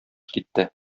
китте